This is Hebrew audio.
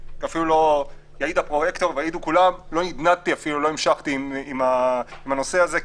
יעיד הפרויקטור שלא נדנדתי ולא המשכתי בנושא כי